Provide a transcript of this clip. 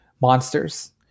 monsters